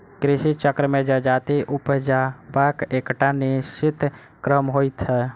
कृषि चक्र मे जजाति उपजयबाक एकटा निश्चित क्रम होइत छै